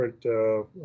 different